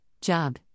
Job